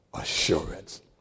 assurance